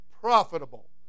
profitable